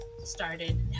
started